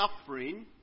suffering